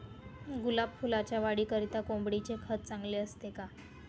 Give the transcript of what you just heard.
गुलाब फुलाच्या वाढीकरिता कोंबडीचे खत चांगले असते का?